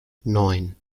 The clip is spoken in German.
neun